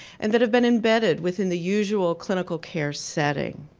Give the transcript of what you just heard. and that have been embedded within the usual clinical care setting.